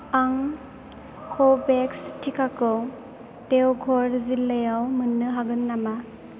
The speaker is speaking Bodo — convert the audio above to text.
आं क'भेक्स टिकाखौ देवघर जिल्लायाव मोन्नो हागोन नामा